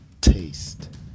taste